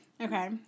Okay